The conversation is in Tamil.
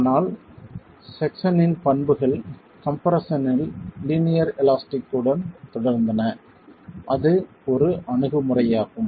ஆனால் செக்சனின் பண்புகள் கம்ப்ரெஸ்ஸனில் லீனியர் எலாஸ்டிக் உடன் தொடர்ந்தன அது ஒரு அணுகுமுறையாகும்